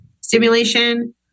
stimulation